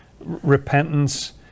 repentance